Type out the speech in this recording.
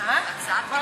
טיפשית, טיפשית.